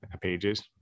pages